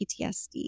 PTSD